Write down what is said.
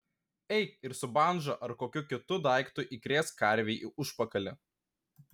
eik ir su bandža ar kokiu kitu daiktu įkrėsk karvei į užpakalį